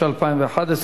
התשע"א 2011,